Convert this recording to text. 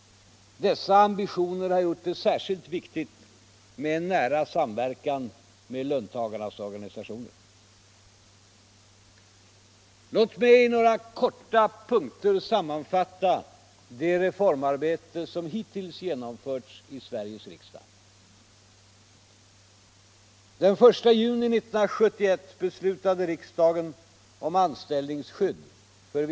Dessa ambitioner har gjort det särskilt viktigt med en nära samverkan med löntagarnas organisationer. Låt mig i några korta punkter sammanfatta det reformarbete som hittills genomförts i Sveriges riksdag. 2.